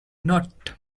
not